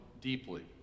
deeply